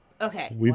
Okay